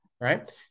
Right